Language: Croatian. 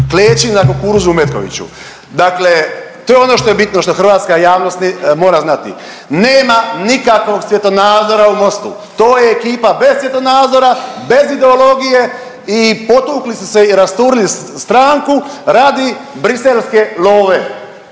kleči na kukuruzu u Metkoviću. Dakle, to je ono što je bitno što hrvatska javnost mora znati. Nema nikakvog svjetonazora u MOST-u. To je ekipa bez svjetonazora, bez ideologije i potukli su se i rasturili stranku radi briselske love.